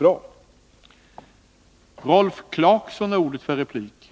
Tvärtom har det fungerat bra.